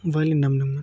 भाय'लिन दामदोंमोन